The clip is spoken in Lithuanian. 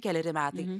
keleri metai